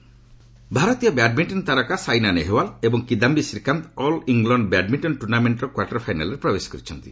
badminton ଭାରତୀୟ badminton ତାରକା ସାଇନା ନେହେୱାଲ୍ ଏବଂ Kidambi Srikanth all England badminton ଟୁର୍ଷ୍ଣାମେଣ୍ଟର କ୍ୱାର୍ଟର ଫାଇନାଲ୍ରେ ପ୍ରବେଶ କରିଛନ୍ତି